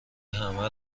همه